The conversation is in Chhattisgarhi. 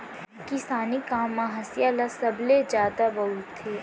किसानी काम म हँसिया ल सबले जादा बउरथे